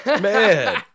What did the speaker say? Man